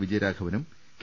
വിജയരാഘവനും K